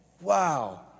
Wow